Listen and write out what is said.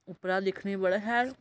उप्परा दिक्खने गी बड़ा शैल